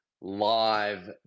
live